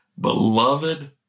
beloved